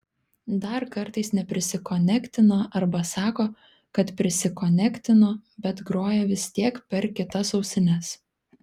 dar kartais neprisikonektina arba sako kad prisikonektino bet groja vis tiek per kitas ausines